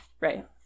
Right